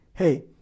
hey